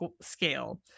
scale